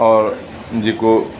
औरि जेको